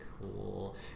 cool